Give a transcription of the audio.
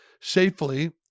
safely